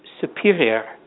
superior